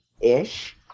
Ish